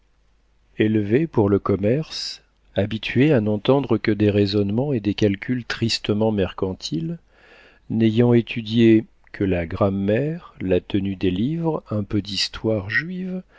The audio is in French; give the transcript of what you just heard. élevées pour le commerce habituées à n'entendre que des raisonnements et des calculs tristement mercantiles n'ayant étudié que la grammaire la tenue des livres un peu d'histoire juive